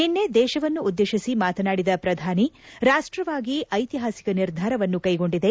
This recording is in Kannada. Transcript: ನಿನ್ಲೆ ದೇಶವನ್ನುದ್ದೇಶಿಸಿ ಮಾತನಾಡಿದ ಪ್ರಧಾನಿ ರಾಷ್ಟವಾಗಿ ದೇಶವು ಐತಿಹಾಸಿಕ ನಿರ್ಧಾರವನ್ನು ಕೈಗೊಂಡಿದೆ